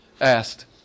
asked